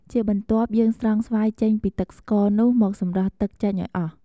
ជាបន្ទាប់ យើងស្រង់ស្វាយចេញពីទឹកស្ករនោះមកសម្រស់ទឹកចេញឱ្យអស់។